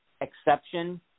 exception